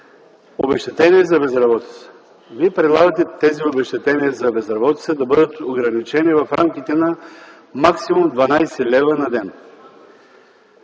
обезщетение за безработица. Вие предлагате тези обезщетения за безработица да бъдат ограничени в рамките на максимум 12 лв. на ден.